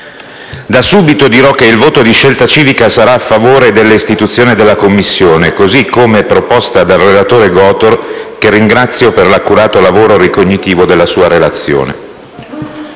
Da subito dirò che il voto di Scelta Civica sarà a favore dell'istituzione della Commissione, così come proposta dal relatore Gotor, che ringrazio per l'accurato lavoro ricognitivo della sua relazione,